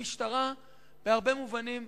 המשטרה, בהרבה מובנים,